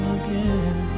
again